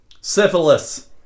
syphilis